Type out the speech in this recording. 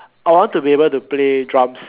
I want to be able to play drums